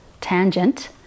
tangent